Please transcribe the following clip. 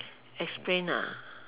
explain ah